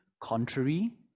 contrary